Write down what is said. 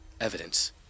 Evidence